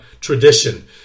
tradition